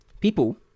People